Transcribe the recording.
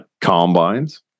Combines